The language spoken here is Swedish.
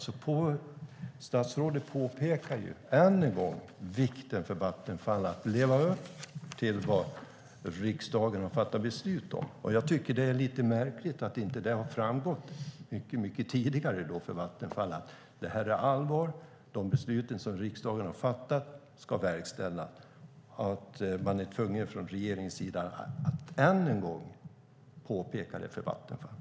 Statsrådet påpekade än en gång vikten av att Vattenfall lever upp till vad riksdagen har fattat beslut om. Jag tycker att det är lite märkligt att det inte har framgått tidigare för Vattenfall att det här är allvar och att besluten som riksdagen har fattat ska verkställas, och det är märkligt att man från regeringens sida är tvungen att än en gång påpeka det för Vattenfall.